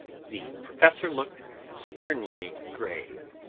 the professor looked sternly grave.